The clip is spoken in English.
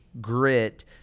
grit